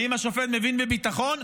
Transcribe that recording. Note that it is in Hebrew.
האם השופט מבין בביטחון?